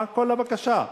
מה כל הבקשה?